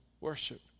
worship